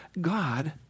God